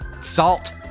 Salt